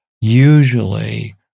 usually